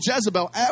Jezebel